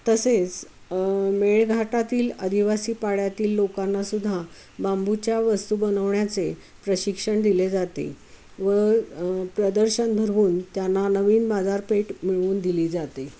तसेच मेळघाटातील आदिवासी पाड्यातील लोकांना सुद्धा बांबूच्या वस्तू बनवण्याचे प्रशिक्षण दिले जाते व प्रदर्शन भरवून त्यांना नवीन बाजारपेठ मिळवून दिली जाते